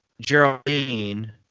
Geraldine